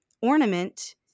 ornament